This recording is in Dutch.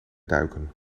duiken